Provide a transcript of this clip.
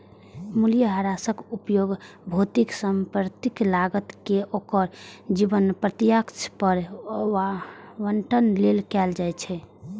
मूल्यह्रासक उपयोग भौतिक संपत्तिक लागत कें ओकर जीवन प्रत्याशा पर आवंटन लेल कैल जाइ छै